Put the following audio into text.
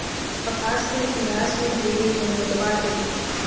कपास के इतिहास में ढेरे झनझट बाटे